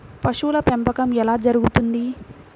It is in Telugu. పశువుల పెంపకం ఎలా జరుగుతుంది?